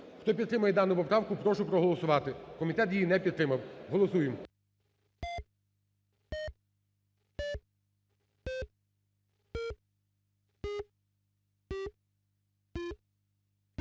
Хто підтримує дану поправку, прошу проголосувати, комітет її не підтримав, голосуємо.